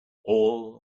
all